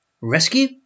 Rescue